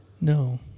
No